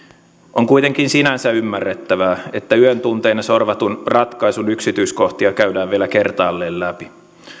on kuitenkin sinänsä ymmärrettävää että yön tunteina sorvatun ratkaisun yksityiskohtia käydään vielä kertaalleen läpi